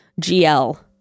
GL